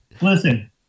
Listen